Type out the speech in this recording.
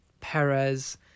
Perez